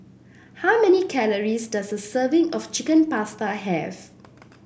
how many calories does a serving of Chicken Pasta have